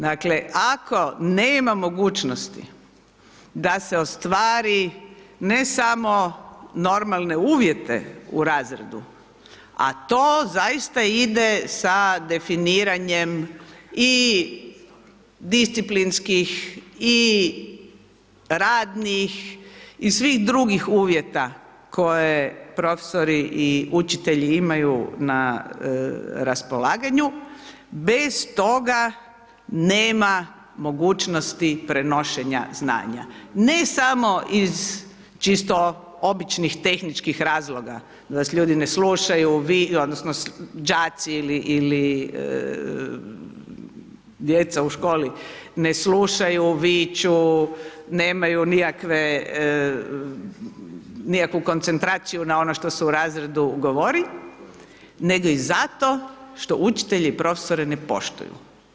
Dakle, ako nema mogućnosti da se ostvari ne samo normalne uvjete u razredu, a to zaista ide sa definiranjem i disciplinskih i radnih i svih drugih uvjeta koje profesori i učitelji imaju na raspolaganju, bez toga nema mogućnosti prenošenja znanja ne samo iz čisto običnih tehničkih razloga da vas ljudi ne slušaju odnosno đaci ili djeca u školi ne slušaju viču nemaju nikakve, nikakvu koncentraciju na ono što se u razredu govori nego je i zato što učitelje i profesore ne poštuju.